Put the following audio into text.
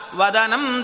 Vadanam